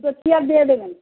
আর দিয়ে দেবেন